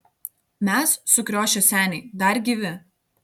mes sukriošę seniai dar gyvi